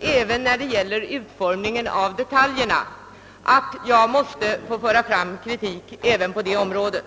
även när det gäller utformningen av detaljerna att jag måste få framföra kritik även på det området.